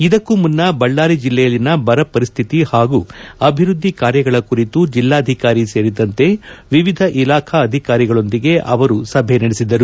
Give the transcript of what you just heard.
ಇದಕ್ಕೂ ಮುನ್ನ ಬಳ್ಳಾರಿ ಜಿಲ್ಲೆಯಲ್ಲಿನ ಬರ ಪರಿಸ್ಥಿತಿ ಹಾಗೂ ಅಭಿವೃದ್ಧಿ ಕಾರ್ಯಗಳ ಕುರಿತು ಜಿಲ್ಲಾಧಿಕಾರಿ ಸೇರಿದಂತೆ ವಿವಿಧ ಇಲಾಖಾ ಅಧಿಕಾರಿಗಳೊಂದಿಗೆ ಅವರು ಸಭೆ ನಡೆಸಿದರು